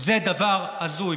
זה דבר הזוי.